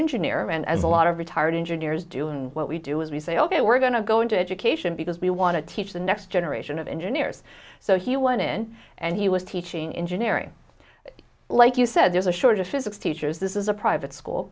engineer and a lot of retired engineers doing what we do is we say ok we're going to go into education because we want to teach the next generation of engineers so he wanted and he was teaching engineering like you said there's a shortage of physics teachers this is a private school